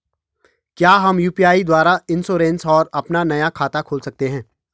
क्या हम यु.पी.आई द्वारा इन्श्योरेंस और अपना नया खाता खोल सकते हैं?